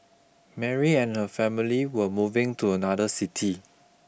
Mary and her family were moving to another city